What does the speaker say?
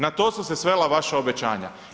Na to su se svela vaša obećanja.